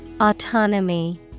Autonomy